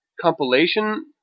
compilation